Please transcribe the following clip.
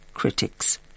Critics